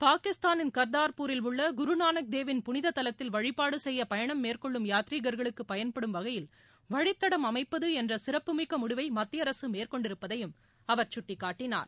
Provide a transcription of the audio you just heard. பாகிஸ்தானின் கர்த்தார்பூரில் உள்ள குருநானக் தேவின் புனித தலத்தில் வழிபாடு செய்ய பயணம் மேற்கொள்ளும் யாத்திரிகர்களுக்கு பயன்படும் வகையில் வழித்தடம் அமைப்பது என்ற சிறப்புமிக்க முடிவை மத்திய அரசு மேற்கொண்டிருப்பதையும் அவர் சுட்டிக்காட்டினார்